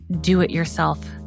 do-it-yourself